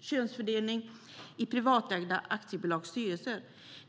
könsfördelning i privatägda aktiebolags styrelser.